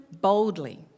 boldly